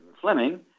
Fleming